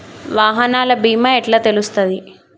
వాహనాల బీమా ఎట్ల తెలుస్తది?